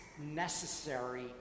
necessary